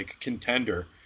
contender